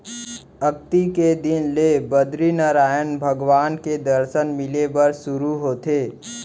अक्ती के दिन ले बदरीनरायन भगवान के दरसन मिले बर सुरू होथे